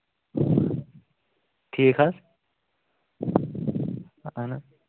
ٹھیٖک حظ اَہن حظ